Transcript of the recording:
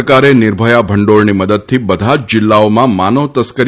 સરકારે નિર્ભયા ભંડોળની મદદથી બધા જ જિલ્લાઓમાં માનવ તસ્કરી